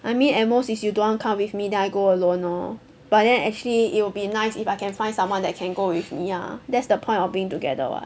I mean at most is you don't want come with me then I go alone lor but then actually it would be nice if I can find someone that can go with me ah that's the point of being together [what]